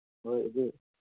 ꯍꯣꯏ ꯑꯗꯨ